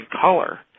color